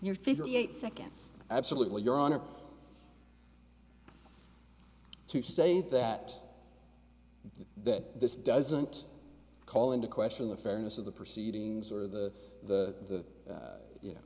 your fifty eight seconds absolutely your honor to say that that this doesn't call into question the fairness of the proceedings the or the